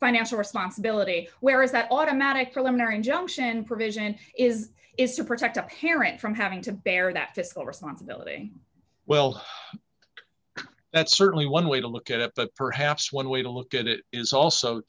financial responsibility where is that automatic preliminary injunction provision is is to protect a parent from having to bear that fiscal responsibility well that's certainly one way to look at it but perhaps one way to look at it is also